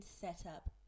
setup